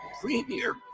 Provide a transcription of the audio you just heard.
premier